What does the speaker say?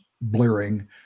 blaring